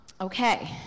Okay